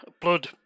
Blood